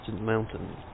mountains